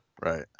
Right